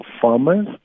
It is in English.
farmers